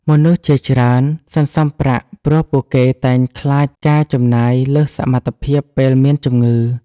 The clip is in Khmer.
មនុស្សជាច្រើនសន្សុំប្រាក់ព្រោះពួកគេតែងខ្លាចការចំណាយលើសសមត្ថភាពពេលមានជំងឺ។